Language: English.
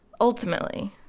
ultimately